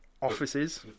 offices